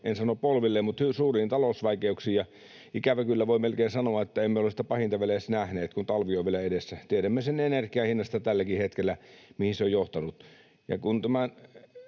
melkeinpä polvilleen — suuriin talousvaikeuksiin. Ikävä kyllä voi melkein sanoa, että emme ole sitä pahinta vielä edes nähneet, kun talvi on vielä edessä. Tiedämme sen energian hinnasta tälläkin hetkellä, mihin se sota on johtanut.